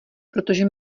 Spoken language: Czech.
protože